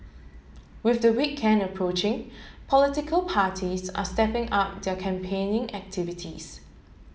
with the weekend approaching political parties are stepping up their campaigning activities